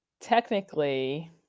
technically